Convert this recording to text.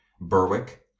Berwick